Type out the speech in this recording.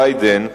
ביידן,